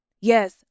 Yes